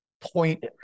point